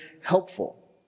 helpful